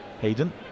Hayden